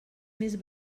més